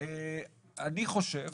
אני חושב